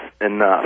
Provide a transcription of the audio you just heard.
enough